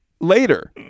later